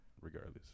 regardless